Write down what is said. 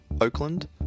Oakland